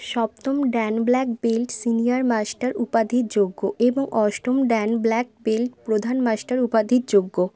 সপ্তম dan black belt senior master উপাধির যোগ্য এবং অষ্টম ড্যান ব্ল্যাক বেল্ট প্রধান মাস্টার উপাধির যোগ্য